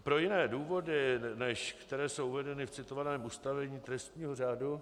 Pro jiné důvody, než které jsou uvedeny v citovaném ustanovení trestního řádu...